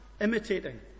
imitating